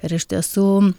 ir iš tiesų